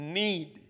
need